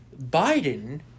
Biden